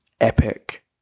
epic